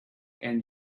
and